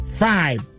five